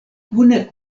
kune